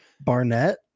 barnett